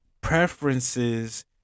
preferences